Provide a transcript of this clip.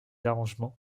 arrangements